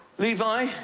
levi,